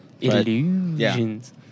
Illusions